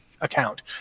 account